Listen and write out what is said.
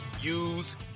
use